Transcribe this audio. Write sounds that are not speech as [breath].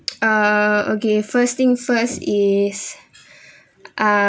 [noise] uh okay first thing first is [breath] uh